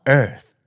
earth